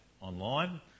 online